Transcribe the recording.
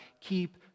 keep